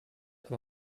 aber